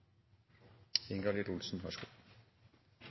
Ingalill Olsen så